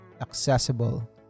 accessible